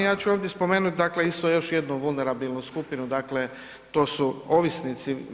Ja ću ovdje spomenuti dakle isto još jednu vulnerabilnu skupinu dakle to su ovisnici.